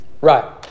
Right